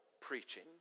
preaching